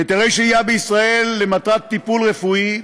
היתרי שהייה בישראל למטרת טיפול רפואי,